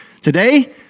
Today